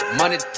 money